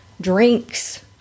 drinks